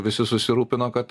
visi susirūpino kad